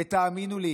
ותאמינו לי,